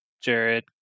Jared